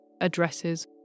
addresses